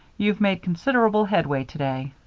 you've made considerable headway today.